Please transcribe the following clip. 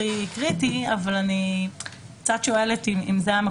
אני לא חושב שזה יוצר בלבול,